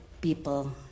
people